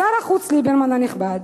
שר החוץ ליברמן הנכבד,